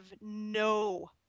no